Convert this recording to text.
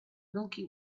milky